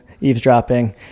eavesdropping